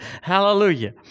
Hallelujah